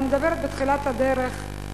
אני מדברת בתחילת הדרך,